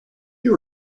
you